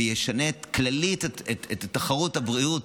וישנה כללית את תחרות הבריאות,